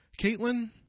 Caitlin